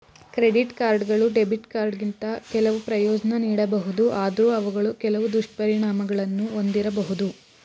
credit ಕಾರ್ಡ್ಗಳು debit ಕಾರ್ಡ್ಗಿಂತ ಕೆಲವು ಪ್ರಯೋಜ್ನ ನೀಡಬಹುದು ಆದ್ರೂ ಅವುಗಳು ಕೆಲವು ದುಷ್ಪರಿಣಾಮಗಳನ್ನು ಒಂದಿರಬಹುದು